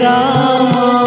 Rama